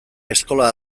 eskola